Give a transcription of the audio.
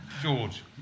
George